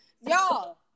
y'all